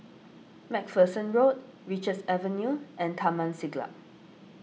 MacPherson Road Richards Avenue and Taman Siglap